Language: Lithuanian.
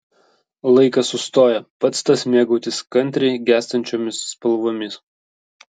laikas sustoja pats tas mėgautis kantriai gęstančiomis spalvomis